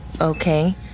Okay